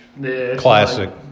classic